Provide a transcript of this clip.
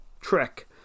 trek